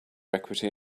equity